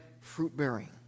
fruit-bearing